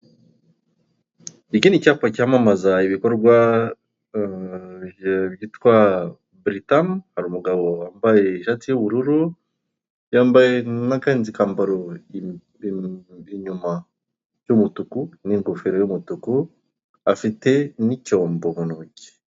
Iki ni icyapa cyamamaza ibikorwa byitwa buritamu. Hari umugabo wambaye ishati y' ubururu, yambaye n'akandi kambaro inyuma y'umutuku n'ingofero y'umutuku, afite n'icyombo mu ntoki.